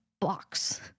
box